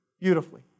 Beautifully